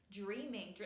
dreaming